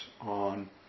on